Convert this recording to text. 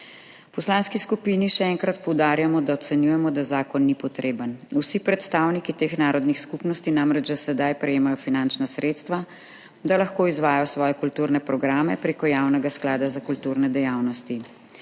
V poslanski skupini še enkrat poudarjamo, da ocenjujemo, da zakon ni potreben. Vsi predstavniki teh narodnih skupnosti namreč že sedaj prejemajo finančna sredstva, da lahko izvajajo svoje kulturne programe prek Javnega sklada za kulturne dejavnosti.